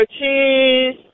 cheese